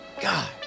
God